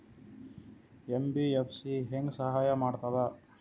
MBFC ಹೆಂಗ್ ಸಹಾಯ ಮಾಡ್ತದ?